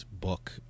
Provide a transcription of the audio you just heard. book